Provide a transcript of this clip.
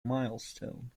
milestone